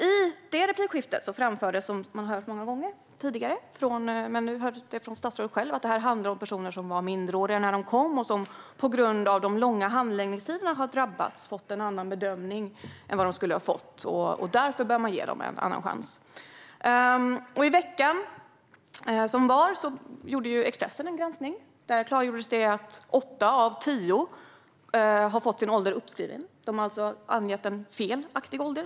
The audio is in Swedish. I det replikskiftet framfördes det som vi har hört många gånger tidigare men som vi nu hörde från statsrådet själv, nämligen att det handlar om personer som var minderåriga när de kom och som har drabbats av de långa handläggningstiderna på ett sådant sätt att de har fått en annan bedömning än de skulle ha fått, och därför bör de ges en andra chans. I veckan som var gjorde Expressen en granskning. Där klargjordes att åtta av tio har fått sin ålder uppskriven. De har alltså angett en felaktig ålder.